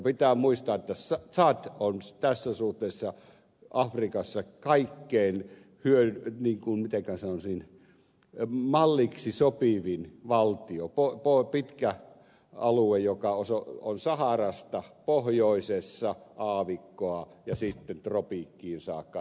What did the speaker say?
pitää muistaa että tsad on tässä suhteessa afrikassa kaikkein mitenkä sanoisin malliksi sopivin valtio pitkä alue joka on saharassa pohjoisessa aavikkoa ja sitten ulottuu tropiikkiin saakka etelässä